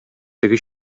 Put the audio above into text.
теге